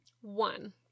One